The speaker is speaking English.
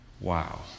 Wow